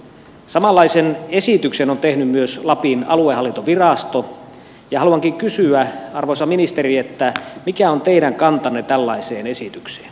samanlaisen esityksen on tehnyt lapin aluehallintovirasto ja haluankin kysyä arvoisa ministeri mikä on teidän kantanne tällaiseen esitykseen